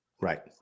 right